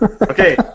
Okay